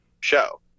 show